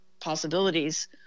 possibilities